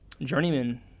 Journeyman